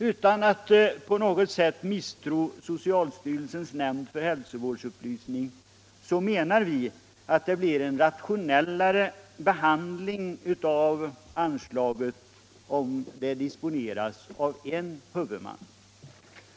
Utan att på något sätt misstro socialstyrelsens nämnd för hälsovårdsupplysning menar vi att det blir en rationellare behandling av anslaget, om det disponeras av en huvudman.